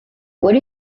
what